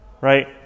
right